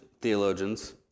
theologians